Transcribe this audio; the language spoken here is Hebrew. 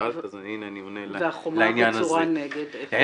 והחומה הבצורה נגד?